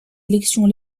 élections